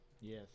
Yes